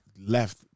left